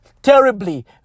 Terribly